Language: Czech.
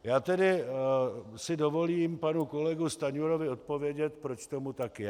Já tedy si dovolím panu kolegu Stanjurovi odpovědět, proč tomu tak je.